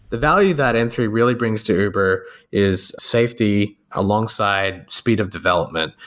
the value that m three really brings to uber is safety alongside speed of development.